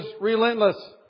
relentless